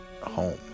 home